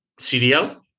CDL